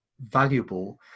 valuable